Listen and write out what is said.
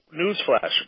newsflash